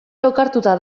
lokartuta